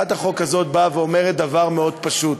ההצעה הזאת אומרת דבר מאוד פשוט: